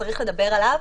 צריך לדבר עליו,